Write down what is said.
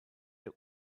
der